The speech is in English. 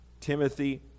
Timothy